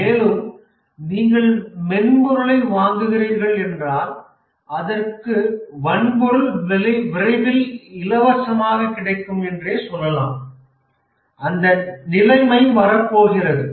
மேலும் நீங்கள் மென்பொருளை வாங்குகிறீர்கள் என்றால் அதற்க்கு வன்பொருள் விரைவில் இலவசமாக கிடைக்கும் என்றே சொல்லலாம் அந்த நிலைமை வரப்போகிறது